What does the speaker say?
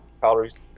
calories